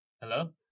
Hello